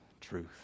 truth